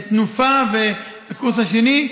את תנופה ואת הקורס השני,